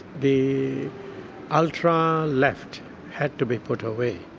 the ultra left had to be put away,